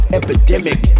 epidemic